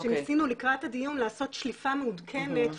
כשניסינו לקראת הדיון לעשות שליפה מעודכנת,